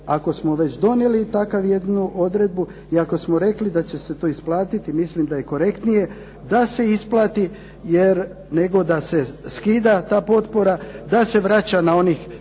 ako smo već donijeli takvu jednu odredbu i ako smo rekli da će se to isplatiti mislim da je korektnije da se isplati nego da se skida ta potpora, da se vraća na onih 1250